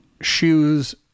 shoes